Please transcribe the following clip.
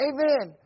Amen